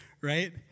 right